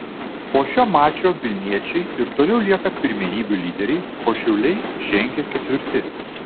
po šio mačo vilniečiai ir toliau lieka pirmenybių lyderiais o šiauliai žengia ketvirti